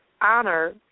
honor